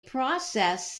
process